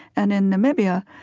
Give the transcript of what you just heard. and in namibia,